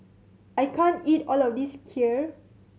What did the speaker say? I can't eat all of this Kheer